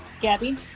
Gabby